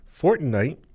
Fortnite